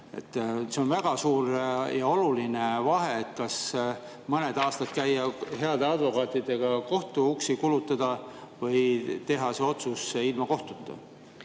See on väga suur ja oluline vahe, kas mõned aastad käia heade advokaatidega kohtuuksi kulutamas või teha see otsus ilma kohtuta.